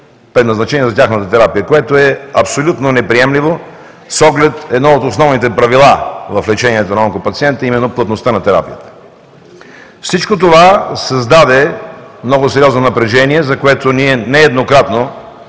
предназначени за тяхната терапия, което е абсолютно неприемливо с оглед на едно от основните правила в лечението на онкопациенти, именно плътността на терапията. Всичко това създаде много сериозно напрежение, за което ние нееднократно